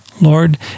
Lord